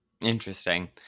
Interesting